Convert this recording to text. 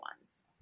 ones